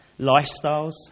lifestyles